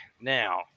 now